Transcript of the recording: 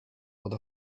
pod